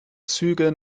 züge